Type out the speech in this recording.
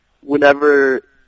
Whenever